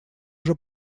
уже